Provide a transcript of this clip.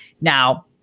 Now